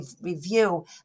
review